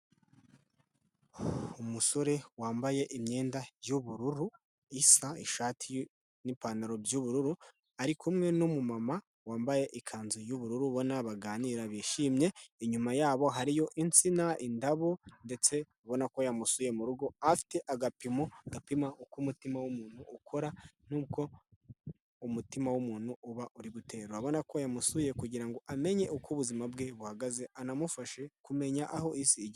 Umusore wambaye imyenda y'ubururu isa, ishati n'ipantaro by'ubururu ari kumwe n'umu mama wambaye ikanzu y'ubururu, ubona baganira bishimye, inyuma yabo hariyo insina, indabo ndetse ubona ko yamusuye mu rugo afite agapimo gapima uko umutima w'umuntu ukora. Nk'uko umutima w'umuntu uba uri gutera, urabona ko yamusuye kugira ngo amenye uko ubuzima bwe buhagaze anamufashe kumenya aho isi igeze.